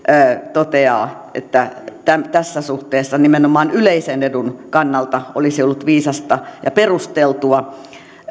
toteaa että tässä suhteessa nimenomaan yleisen edun kannalta olisi ollut viisasta ja perusteltua